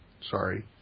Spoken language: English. sorry